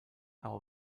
will